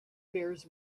bears